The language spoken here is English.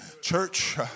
church